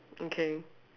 okay